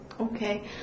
Okay